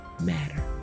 Matter